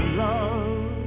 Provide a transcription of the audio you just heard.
love